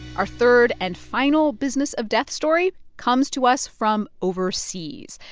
our third and final business-of-death story comes to us from overseas.